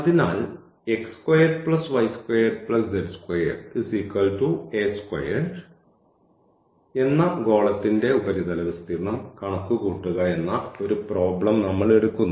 അതിനാൽ എന്ന ഗോളത്തിന്റെ ഉപരിതല വിസ്തീർണ്ണം കണക്കുകൂട്ടുക എന്ന ഒരു പ്രോബ്ലം നമ്മൾ എടുക്കുന്നു